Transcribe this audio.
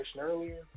earlier